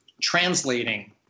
translating